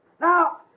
Now